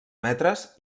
metres